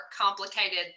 complicated